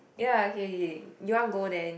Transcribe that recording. ya K K K you want go then